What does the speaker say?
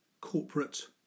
corporate